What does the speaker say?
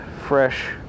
fresh